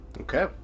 okay